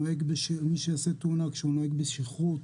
מי שיעשה תאונה כשהוא נוהג בשכרות,